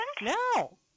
No